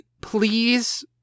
please